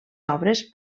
obres